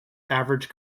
average